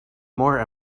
more